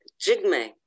Jigme